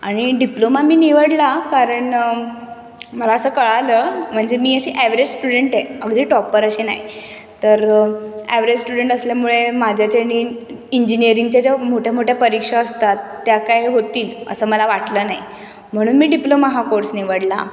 आणि डिप्लोमा मी निवडला कारण मला असं कळलं म्हणजे मी अशी ॲवरेज स्टुडंट आहे अगदी टॉप्पर अशी नाही तर ॲवरेज स्टुडंट असल्यामुळे माझ्याच्याने इंजिनिअरिंगच्या ज्या मोठ्या मोठ्या परीक्षा असतात त्या काय होतील असं मला काही वाटलं नाही म्हणून मी डिप्लोमा हा कोर्स निवडला